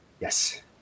yes